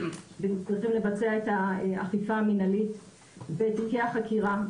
וצריכים לבצע את האכיפה המנהלית בתיקי החקירה.